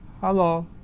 Hello